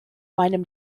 meinem